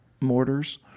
mortars